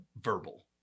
verbal